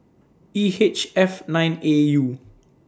E H F nine A U